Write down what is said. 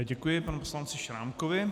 Děkuji panu poslanci Šrámkovi.